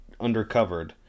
undercovered